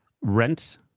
rent